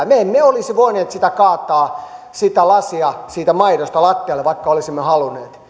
me emme olisi voineet sitä kaataa sitä maitoa siitä lasista lattialle vaikka olisimme halunneet